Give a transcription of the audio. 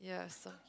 yeah I saw